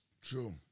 True